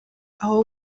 aho